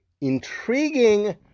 intriguing